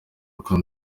uko